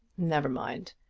never mind.